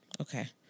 Okay